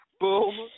Boom